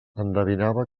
endevinava